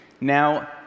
Now